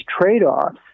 trade-offs